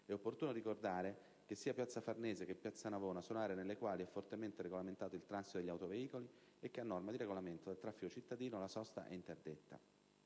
è opportuno ricordare che sia piazza Farnese che piazza Navona sono aree nelle quali è fortemente regolamentato il transito degli autoveicoli e che, a norma di regolamento del traffico cittadino, la sosta è interdetta.